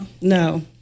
No